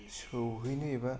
सौहैनो एबा